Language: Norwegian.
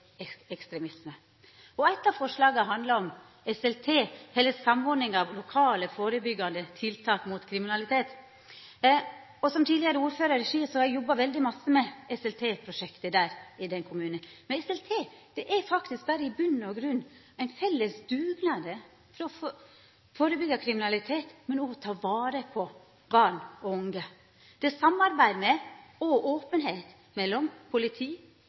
og valdeleg ekstremisme. Eit av forslaga handla om SLT – samordningsmodell for lokale førebyggjande tiltak mot kriminalitet. Som tidlegare ordførar i Ski har eg jobba veldig mykje med SLT-prosjektet i den kommunen. SLT er eigentleg berre ein felles dugnad for å førebyggja kriminalitet, men òg for å ta vare på barn og unge. Det er samarbeid og openheit mellom politi,